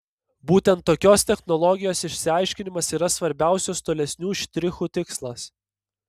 būtent tokios technologijos išsiaiškinimas yra svarbiausias tolesnių štrichų tikslas